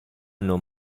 non